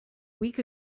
week